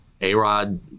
A-Rod